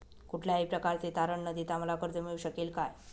कुठल्याही प्रकारचे तारण न देता मला कर्ज मिळू शकेल काय?